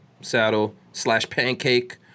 Saddle-slash-pancake